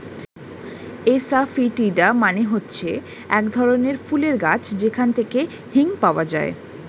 asafoetida মানে হচ্ছে এক ধরনের ফুলের গাছ যেখান থেকে হিং পাওয়া যায়